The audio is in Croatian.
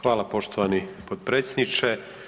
Hvala poštovani potpredsjedniče.